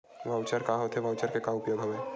Voucher का होथे voucher के का उपयोग हवय?